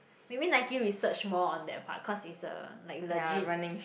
maybe Nike research more on that part cause is a like legit